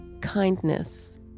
kindness